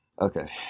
okay